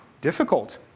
Difficult